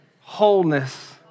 Wholeness